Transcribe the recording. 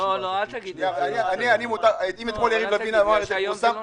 לא, אל תגיד חותמת גומי.